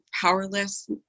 powerless